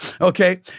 okay